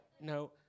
no